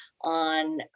on